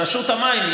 רשות המים,